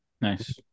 Nice